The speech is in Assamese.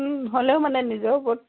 হ'লেও মানে নিজৰ ওপৰত